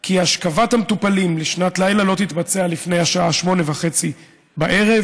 כי השכבת המטופלים לשנת לילה לא תתבצע לפני השעה 20:30 בערב.